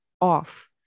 off